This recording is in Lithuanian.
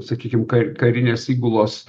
sakykim kar karinės įgulos